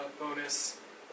bonus